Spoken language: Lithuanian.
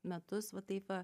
metus va taip va